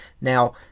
Now